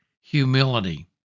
humility